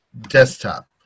Desktop